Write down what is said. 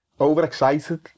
overexcited